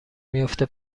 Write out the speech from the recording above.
میفته